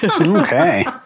Okay